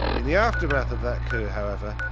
in the aftermath of that coup however,